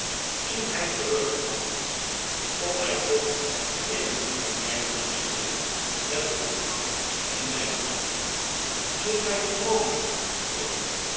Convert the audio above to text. toen hij terugkwam vond hij tom in een diepe mijmering zitten met de courant in zijn hand zit gij te droomen tom